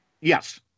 Yes